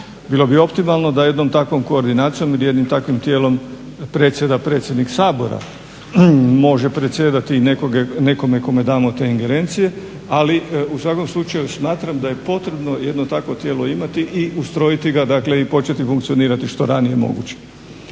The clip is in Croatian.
Bilo bi optimalno da jednom takvom koordinacijom i jednim takvim tijelom predsjeda predsjednik Sabora. Može predsjedati i netko kome damo te ingerencije, ali u svakom slučaju smatram da je potrebno jedno takvo tijelo imati i ustrojiti ga, dakle i početi funkcionirati što ranije moguće.